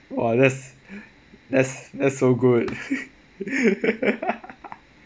!wah! that's that's that's so good